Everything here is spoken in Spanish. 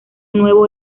nuevo